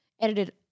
edited